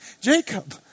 Jacob